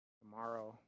tomorrow